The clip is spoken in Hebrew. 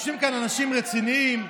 יושבים כאן אנשים רציניים,